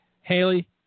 Haley